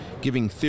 giving